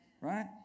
Right